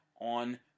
on